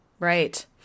Right